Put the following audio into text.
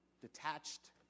detached